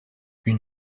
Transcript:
une